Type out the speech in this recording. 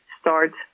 start